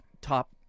top –